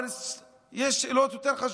אבל יש שאלות יותר חשובות,